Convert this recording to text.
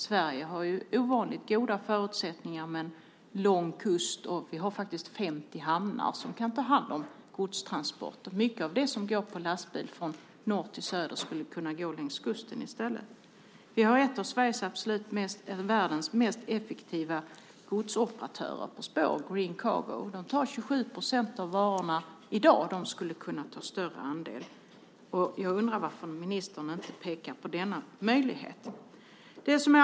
Sverige har ju ovanligt goda förutsättningar med sin långa kust. Vi har faktiskt 50 hamnar som kan ta hand om godstransporter. Mycket av det som går på lastbil från norr till söder skulle kunna gå längs kusten i stället. Vi har en av världens mest effektiva godsoperatörer på spår, Green Cargo. De tar 27 procent av varorna i dag. De skulle kunna ta en större andel. Jag undrar varför ministern inte pekar på den möjligheten.